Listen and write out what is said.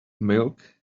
milk